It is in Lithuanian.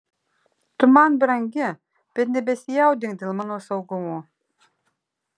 tu man brangi bet nebesijaudink dėl mano saugumo